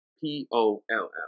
P-O-L-L